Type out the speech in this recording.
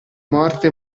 morte